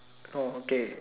oh okay